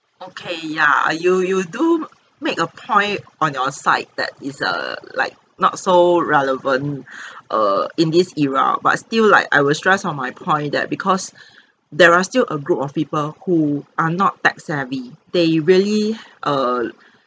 okay ya you you do make a point on your side that is err like not so relevant err in this era but still like I will stress on my point that because there are still a group of people who are not tech savvy they really err